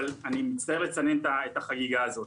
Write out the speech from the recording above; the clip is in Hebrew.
אבל אני מצטער לצנן את החגיגה הזאת.